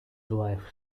wife